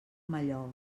mallol